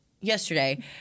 yesterday